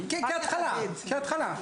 כן, כהתחלה.